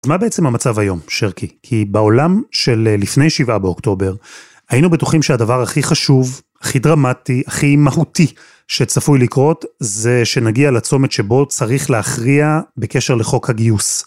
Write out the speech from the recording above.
מה בעצם המצב היום שרקי כי בעולם של לפני שבעה באוקטובר היינו בטוחים שהדבר הכי חשוב הכי דרמטי הכי מהותי שצפוי לקרות זה שנגיע לצומת שבו צריך להכריע בקשר לחוק הגיוס.